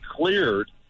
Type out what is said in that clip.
cleared